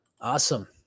Awesome